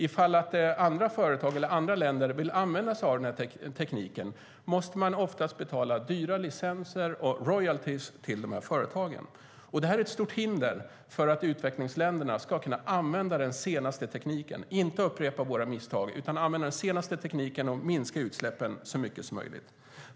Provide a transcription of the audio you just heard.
Ifall andra företag eller andra länder vill använda sig av tekniken måste de oftast betala dyra licenser och royaltyer till dessa företag. Detta är ett stort hinder för att utvecklingsländerna ska kunna använda den senaste tekniken - inte upprepa våra misstag utan använda den senaste tekniken - och minska utsläppen så mycket som möjligt.